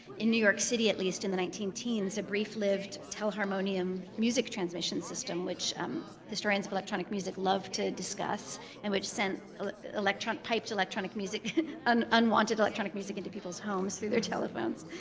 in new york city, at least, in the nineteen teens, a brief-lived telharmonium music transmission system which um historians of electronic music love to discuss and which sent electronic piped electronic music and unwanted electronic music into people's homes through their telephones.